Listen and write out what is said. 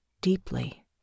deeply